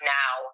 now